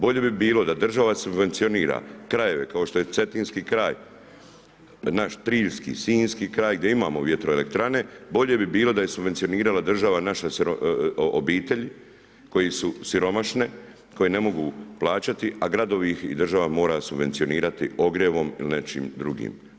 Bolje bi bilo da država subvencionira krajeve kao što je Cetinski kraj, naš triljski, sinjski kraj gdje imamo vjetroelektrane, bolje bi bilo da je subvencionirala država naše obitelji koje su siromašne, koje ne mogu plaćati a gradovi ih i država mora subvencionirati ogrjevom ili nečim drugim.